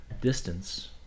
distance